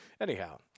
Anyhow